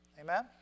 Amen